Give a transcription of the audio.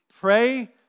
pray